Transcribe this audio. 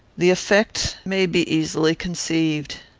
the effect may be easily conceived.